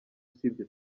usibye